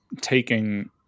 taking